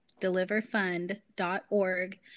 Deliverfund.org